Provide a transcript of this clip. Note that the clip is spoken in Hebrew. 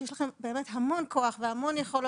שיש לכם באמת המון כוח והמון יכולות,